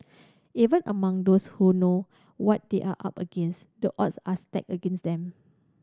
even among those who know what they are up against the odds are stacked against them